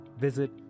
visit